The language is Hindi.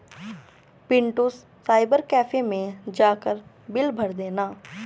पिंटू साइबर कैफे मैं जाकर बिल भर देना